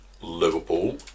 Liverpool